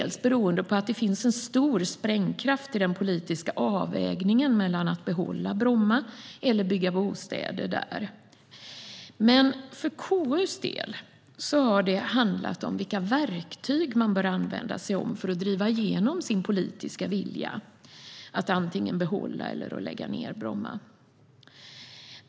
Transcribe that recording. Det beror delvis på att det finns stor sprängkraft i den politiska avvägningen mellan att behålla Bromma flygplats och att bygga bostäder där. Men för KU:s del har det handlat om vilka verktyg man bör använda sig av för att driva igenom sin politiska vilja i fråga om att antingen behålla eller lägga ned Bromma flygplats.